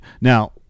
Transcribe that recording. Now